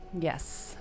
yes